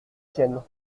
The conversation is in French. siennes